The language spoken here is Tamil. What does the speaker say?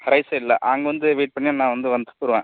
ரைட் சைட்டில் அங்கே வந்து வெய்ட் பண்ணீங்கன்னா நான் வந்து வந்துருக்குறேன்